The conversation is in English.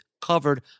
covered